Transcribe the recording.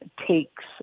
takes